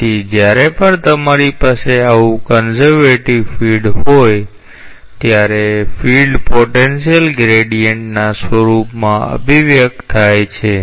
તેથી જ્યારે પણ તમારી પાસે આવું કન્ઝર્વેટિવ ફિલ્ડ હોય ત્યારે ફિલ્ડ પોટેન્શિયલ ગ્રેડિયન્ટના રૂપમાં અભિવ્યક્ત થાય છે